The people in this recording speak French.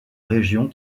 région